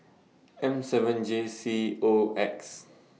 M seven J C O X